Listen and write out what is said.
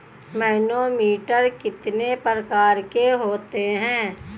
Manometer कितने प्रकार के होते हैं?